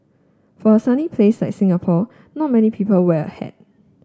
for a sunny place like Singapore not many people wear a hat